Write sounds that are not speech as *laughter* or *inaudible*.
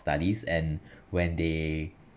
studies and *breath* when they